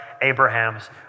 Abraham's